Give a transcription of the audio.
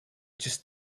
just